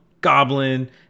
Goblin